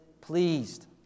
pleased